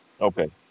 Okay